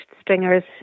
stringers